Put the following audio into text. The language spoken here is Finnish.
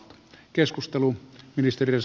arvoisa puhemies